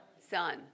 Son